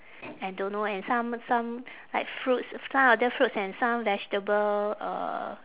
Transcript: and don't know and some some like fruits some other fruits and some vegetable uh